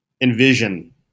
envision